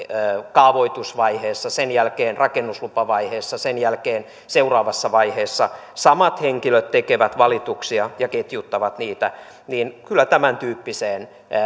kaavoitusvaiheessa sen jälkeen rakennuslupavaiheessa sen jälkeen seuraavassa vaiheessa samat henkilöt tekevät valituksia ja ketjuttavat niitä ja kyllä tämän tyyppiseen